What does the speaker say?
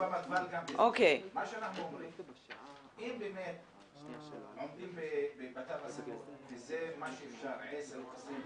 אם באמת עומדים בתו הסגול, ואם אפשר זה 10 או 20,